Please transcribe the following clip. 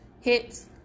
hits